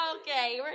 okay